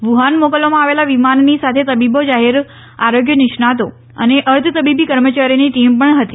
Wuhan મોકલવામાં આવેલા વિમાનની સાથે તબીબો જાહેર આરોગ્ય નિષ્ણાંતો અને અર્ધ તબીબી કર્મયારીઓની ટીમ પણ હતી